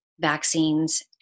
vaccines